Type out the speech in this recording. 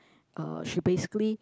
uh she basically